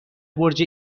برج